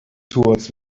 towards